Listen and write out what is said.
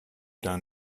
down